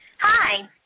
Hi